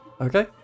Okay